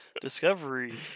discovery